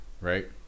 right